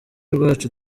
rwacu